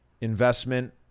investment